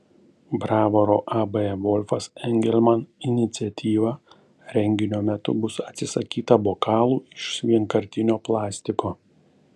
bravoro ab volfas engelman iniciatyva renginio metu bus atsisakyta bokalų iš vienkartinio plastiko